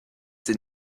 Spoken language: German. sie